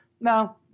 no